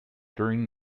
during